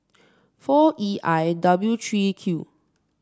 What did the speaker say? four E I W three Q